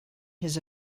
his